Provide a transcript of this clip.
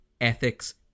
ethics